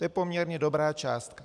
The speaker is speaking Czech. To je poměrně dobrá částka.